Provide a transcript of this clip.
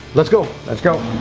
let's go! let's go,